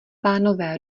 pánové